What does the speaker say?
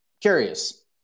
Curious